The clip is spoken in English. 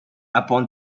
upon